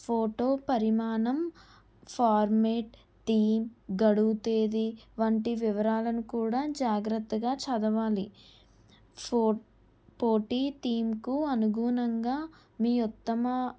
photo పరిమాణం format theme గడువుతేేది వంటి వివరాలను కూడా జాగ్రత్తగా చదవాలి ఫో పోటీ థీమ్కు అనుగుణంగా మీ ఉత్తమ